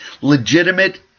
legitimate